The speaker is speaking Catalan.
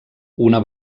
una